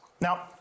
Now